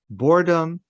boredom